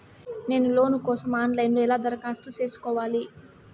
నేను లోను కోసం online లో ఎలా దరఖాస్తు ఎలా సేసుకోవాలి?